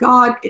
God